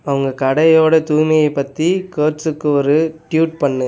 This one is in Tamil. அவங்க கடையோடய தூய்மையை ப கேட்ஸ்க்கு ஒரு ட்யுட் பண்ணு